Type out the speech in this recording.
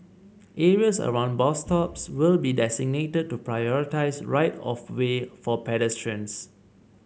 areas around bus stops will be designated to prioritise right of way for pedestrians